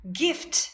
gift